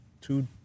Two